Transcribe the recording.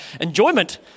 enjoyment